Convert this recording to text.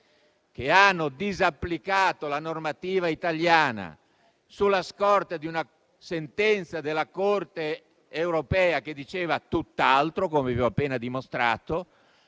che hanno disapplicato la normativa italiana sulla scorta di una sentenza della Corte europea che diceva tutt'altro, come vi ho appena dimostrato,